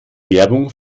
werbung